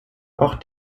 auch